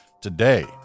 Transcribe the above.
today